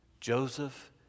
Joseph